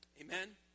amen